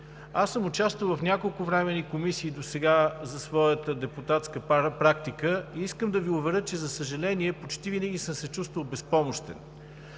Аз съм участвал в няколко временни комисии досега в своята депутатска практика и искам да Ви уверя, че, за съжаление, почти винаги съм се чувствал безпомощен.